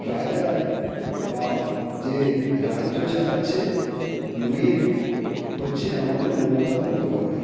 রাজা বা যে রাজ্য চালাচ্ছে মেন হচ্ছে আমাদের মমতা বন্দ্যোপাধ্যায়